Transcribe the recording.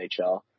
NHL